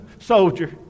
soldier